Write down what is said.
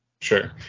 Sure